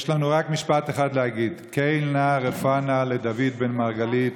יש לנו רק משפט אחד להגיד: אל נא רפא נא לדוד בן מרגלית.